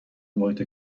محیط